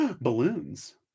Balloons